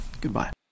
goodbye